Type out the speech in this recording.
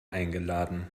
eingeladen